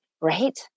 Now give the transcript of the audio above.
Right